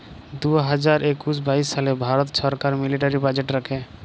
দু হাজার একুশ বাইশ সালে ভারত ছরকার মিলিটারি বাজেট রাখে